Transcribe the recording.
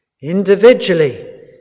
Individually